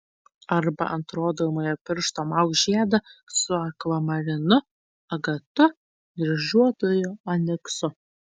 arba ant rodomojo piršto mauk žiedą su akvamarinu agatu dryžuotuoju oniksu